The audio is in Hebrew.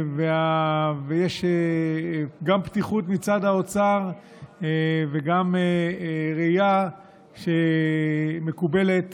יש גם פתיחות מצד האוצר וגם ראייה שהיא מקובלת